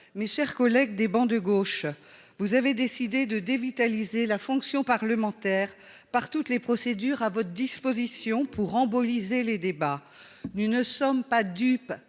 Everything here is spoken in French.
Mes chers collègues des travées de gauche, vous avez décidé de dévitaliser la fonction parlementaire par toutes les procédures à votre disposition pour « emboliser » les débats. Nous ne sommes pas dupes,